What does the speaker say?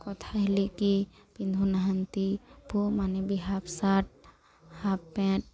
କଥା ହେଲେ କିିଏ ପିନ୍ଧୁନାହାନ୍ତି ପୁଅ ମାନେ ବି ହାଫ୍ ସାର୍ଟ ହାଫ୍ ପ୍ୟାଣ୍ଟ